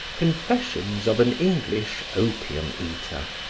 confessions of an english opium-eater,